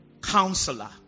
counselor